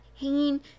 hanging